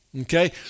Okay